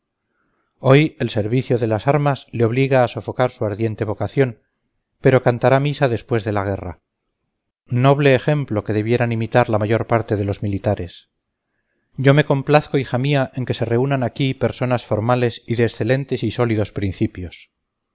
hoy el servicio de las armas le obliga a sofocar su ardiente vocación pero cantará misa después de la guerra noble ejemplo que debieran imitar la mayor parte de los militares yo me complazco hija mía en que se reúnan aquí personas formales y de excelentes y sólidos principios